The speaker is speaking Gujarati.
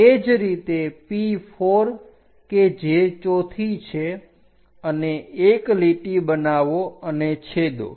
તે જ રીતે P4 કે જે ચોથી છે અને એક લીટી બનાવો અને છેદો